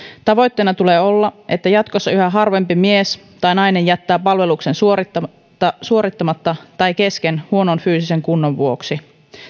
tavoitteena tulee olla että jatkossa yhä harvempi mies tai nainen jättää palveluksen suorittamatta suorittamatta tai kesken huonon fyysisen kunnon vuoksi